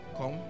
come